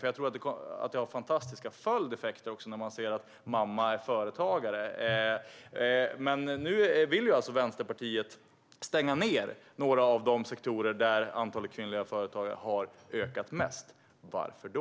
Jag tror nämligen att det även har fantastiska följdeffekter när barn ser att mamma är företagare. Men nu vill alltså Vänsterpartiet stänga ned några av de sektorer där antalet kvinnliga företagare har ökat mest. Varför då?